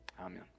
Amen